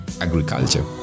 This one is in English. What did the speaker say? agriculture